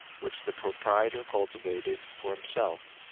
which the proprietor cultivated for himself.